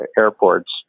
airports